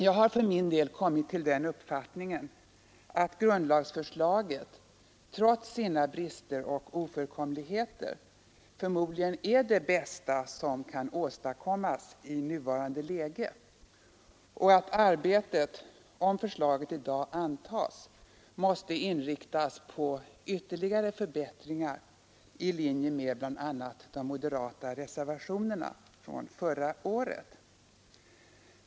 Jag har för min del kommit till den uppfattningen att grundlagsförslaget, trots sina brister och ofullkomligheter, förmodligen är det bästa som kan åstadkommas i nuvarande läge, och att arbetet — om förslaget i dag antas — måste inriktas på ytterligare förbättringar i linje med bl.a. de moderata reservationerna från förra året.